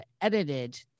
edited